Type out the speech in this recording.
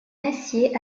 acier